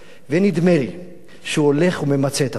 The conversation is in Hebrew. ונדמה לי שהוא הולך וממצה את עצמו.